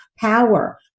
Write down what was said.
power